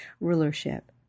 rulership